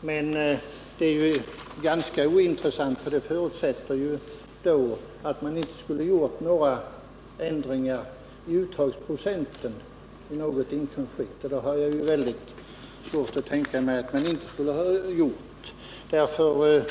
Men det är ganska ointressant, för det förutsätter att man inte skulle ha gjort några ändringar i uttagsprocenten. Det har jag mycket svårt att tänka mig att man inte skulle ha gjort.